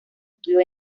estudios